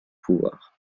pouvoir